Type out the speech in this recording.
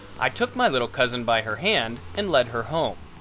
i took my little cousin by her hand and led her home.